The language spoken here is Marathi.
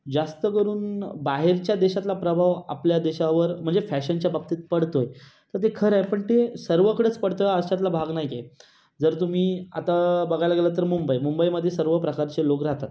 जास्त करून बाहेरच्या देशातला प्रभाव आपल्या देशावर म्हणजे फॅशनच्या बाबतीत पडतो आहे तर ते खरं आहे पण ते सर्वकडेच पडतोय अशातला भाग नाही आहे जर तुम्ही आता बघायला गेलात तर मुंबई मुंबईमध्ये सर्व प्रकारचे लोक राहतात